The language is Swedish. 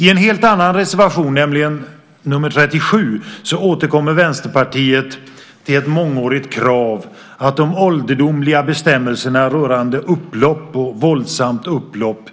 I en helt annan reservation, nämligen nr 37, återkommer Vänsterpartiet till ett mångårigt krav att de ålderdomliga bestämmelserna rörande upplopp och våldsamt upplopp